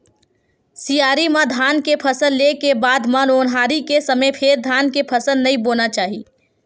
सियारी म धान के फसल ले के बाद म ओन्हारी के समे फेर धान के फसल नइ बोना चाही